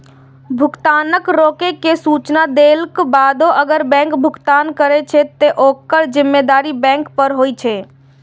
भुगतान रोकै के सूचना देलाक बादो अगर बैंक भुगतान करै छै, ते ओकर जिम्मेदारी बैंक पर होइ छै